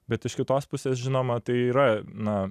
bet iš kitos pusės žinoma tai yra na